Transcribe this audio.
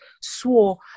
swore